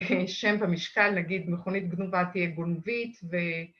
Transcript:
‫שם ומשקל, נגיד מכונית גנובה ‫תהיה "גונבית" ו...